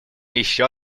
еще